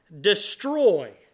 destroy